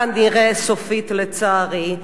כנראה סופית לצערי,